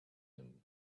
him